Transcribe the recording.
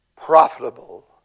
profitable